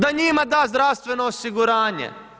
Da njima da zdravstveno osiguranje.